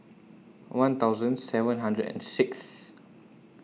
one thousand seven hundred and Sixth